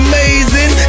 Amazing